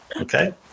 Okay